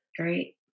Great